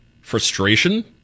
frustration